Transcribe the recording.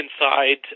inside